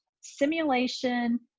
simulation